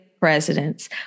Presidents